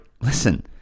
listen